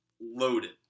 loaded